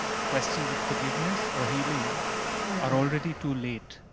questions of forgiveness or healing are already too late,